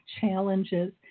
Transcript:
challenges